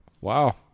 Wow